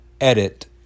edit